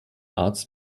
arts